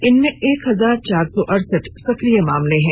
इनमे एक हजार चार सौ अड़सठ सक्रिय केस हैं